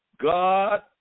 God